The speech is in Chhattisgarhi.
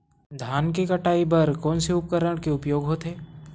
धान के कटाई बर कोन से उपकरण के उपयोग होथे?